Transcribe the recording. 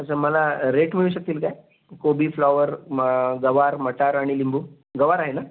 अच्छा मला रेट मिळू शकतील काय कोबी फ्लॉवर म गवार मटार आणि लिंबू गवार आहे ना